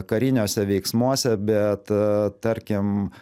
kariniuose veiksmuose bet tarkim